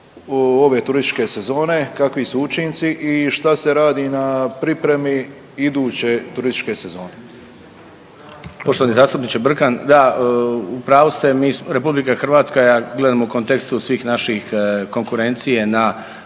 ove turističke sezone, kakvi su učinci i šta se radi na pripremi iduće turističke sezone. **Glavina, Tonči** Poštovani zastupniče Brkan, da u pravu ste mi, RH je a gledamo u kontekstu svih naših konkurencije na,